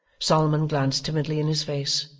solomon glanced timidly in his face,